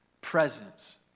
presence